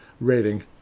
rating